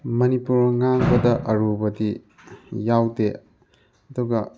ꯃꯅꯤꯄꯨꯔ ꯉꯥꯡꯕꯗ ꯑꯔꯨꯕꯗꯤ ꯌꯥꯎꯗꯦ ꯑꯗꯨꯒ